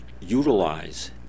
utilize